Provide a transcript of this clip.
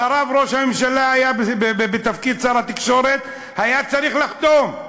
אחריו ראש הממשלה היה בתפקיד שר התקשורת והיה צריך לחתום.